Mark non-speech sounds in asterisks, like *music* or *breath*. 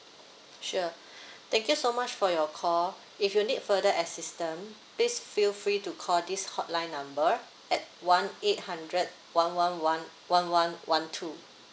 sure *breath* thank you so much for your call if you need further assistant please feel free to call this hotline number at one eight hundred one one one one one one two